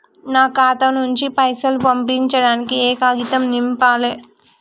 నా ఖాతా నుంచి పైసలు పంపించడానికి ఏ కాగితం నింపాలే?